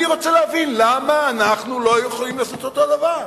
אני רוצה להבין למה אנחנו לא יכולים לעשות את אותו הדבר.